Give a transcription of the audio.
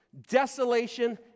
desolation